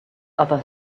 other